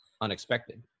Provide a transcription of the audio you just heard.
unexpected